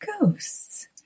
Ghosts